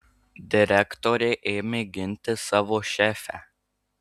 direktorė ėmė ginti savo šefę